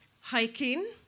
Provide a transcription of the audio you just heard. Hiking